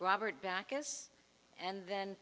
robert bacchus and then